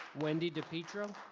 wendy dipietro